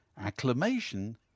acclamation